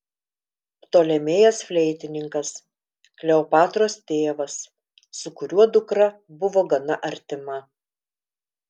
ptolemėjas fleitininkas kleopatros tėvas su kuriuo dukra buvo gana artima